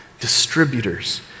distributors